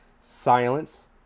Silence